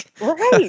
right